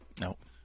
Nope